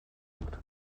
sucht